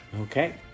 Okay